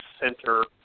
center